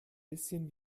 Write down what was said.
bisschen